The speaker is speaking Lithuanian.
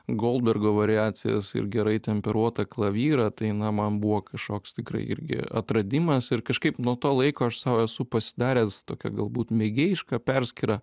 goldbergo variacijas ir gerai temperuotą klavyrą tai na man buvo kašoks tikrai irgi atradimas ir kažkaip nuo to laiko aš sau esu pasidaręs tokią galbūt mėgėjišką perskyrą